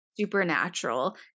Supernatural